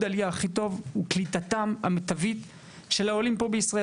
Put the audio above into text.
עלייה הכי טוב הוא קליטתם המיטבית של העולים פה בישראל,